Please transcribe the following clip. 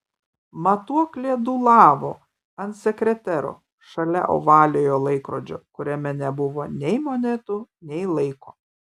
matuoklė dūlavo ant sekretero šalia ovaliojo laikrodžio kuriame nebuvo nei monetų nei laiko